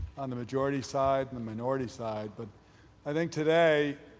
on the majority side and the minority side but i think today,